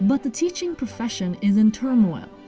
but the teaching profession is in turmoil.